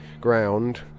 ground